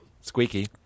Squeaky